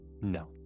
No